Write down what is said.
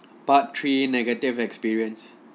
part three negative experience